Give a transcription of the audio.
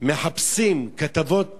מחפשים כתבות